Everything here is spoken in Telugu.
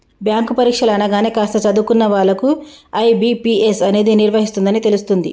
బ్యాంకు పరీక్షలు అనగానే కాస్త చదువుకున్న వాళ్ళకు ఐ.బీ.పీ.ఎస్ అనేది నిర్వహిస్తుందని తెలుస్తుంది